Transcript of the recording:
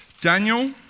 Daniel